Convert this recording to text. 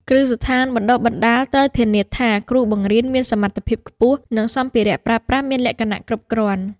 គ្រឹះស្ថានបណ្តុះបណ្តាលត្រូវធានាថាគ្រូបង្រៀនមានសមត្ថភាពខ្ពស់ និងសម្ភារៈប្រើប្រាស់មានលក្ខណៈគ្រប់គ្រាន់។